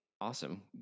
Awesome